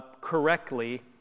correctly